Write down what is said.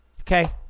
Okay